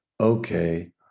Okay